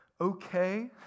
okay